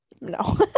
no